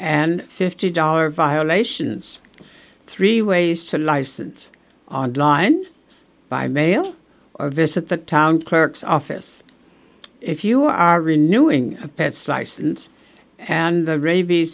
and fifty dollars violations three ways to license online by mail or visit the town clerk's office if you are renewing a pet's license and the rabies